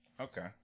okay